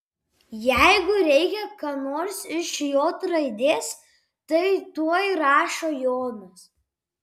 jeigu reikia ką nors iš j raidės tai tuoj rašo jonas